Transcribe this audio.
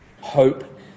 hope